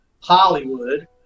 Hollywood